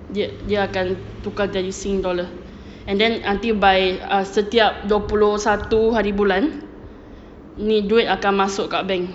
dia dia akan tukar jadi sing dollar and then nanti by setiap dua puluh satu hari bulan ni duit akan masuk kat bank